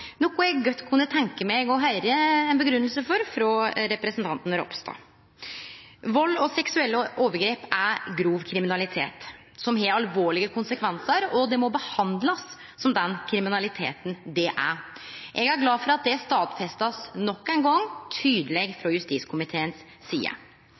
noko eg godt kunne tenkje meg å høyre ei grunngjeving for frå representanten Ropstad. Vald og seksuelle overgrep er grov kriminalitet som har alvorlege konsekvensar, og det må bli behandla som den kriminaliteten det er. Eg er glad for at det blir stadfesta nok ein gong tydeleg frå justiskomiteen si side.